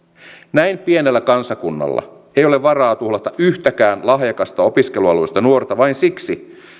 näin pienellä kansakunnalla ei ole varaa tuhlata yhtäkään lahjakasta opiskeluhaluista nuorta vain siksi